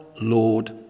Lord